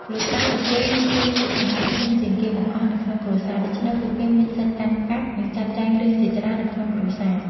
លោកតា លោកយាយមានឋានៈធំជាងគេបង្អស់នៅក្នុងគ្រួសារ ដូច្នេះពួកគេមានសិទ្ធកាន់កាប់ និងចាត់ចែងរឿងជាច្រើននៅក្នុងគ្រួសារ។